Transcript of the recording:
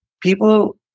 People